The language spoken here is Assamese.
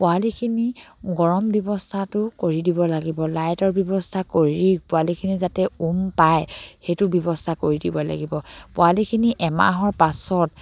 পোৱালিখিনি গৰম ব্যৱস্থাটো কৰি দিব লাগিব লাইটৰ ব্যৱস্থা কৰি পোৱালিখিনি যাতে উম পায় সেইটো ব্যৱস্থা কৰি দিব লাগিব পোৱালিখিনি এমাহৰ পাছত